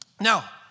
Now